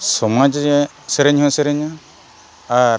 ᱥᱚᱢᱟᱡᱽ ᱨᱮ ᱥᱮᱨᱮᱧ ᱦᱚᱸ ᱥᱮᱨᱮᱧᱟ ᱟᱨ